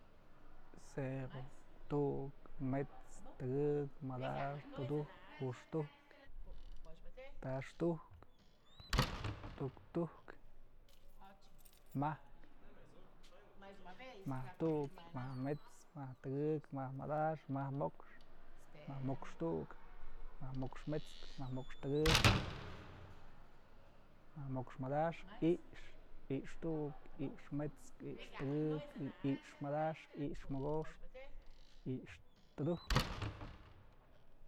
Cero, tu'uk, met'skë, tëkëk, madaxkë, tudujkë, juxtujkë, taxtujk, tuktujk, majkë, majk tu'uk, majk mets'kë, majk tëkëk, majk ma'ax, majk mo'ox, majk mo'ox tu'uk, majk mo'ox met´skë, majk mo'ox tëkëk, majk mo'ox madaxkë, i'ixë, i'ixë tu'uk, i'ixë met'skë, i'ixë tëkëk, i'ixë madaxkë, i'ixë mogoxkë, i'ixë tudujkë.